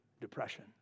depression